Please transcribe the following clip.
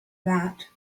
that